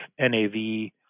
NAV